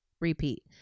repeat